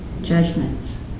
judgments